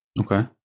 Okay